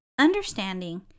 understanding